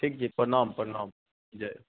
ठीक छै प्रणाम प्रणाम जय हो